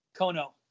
Kono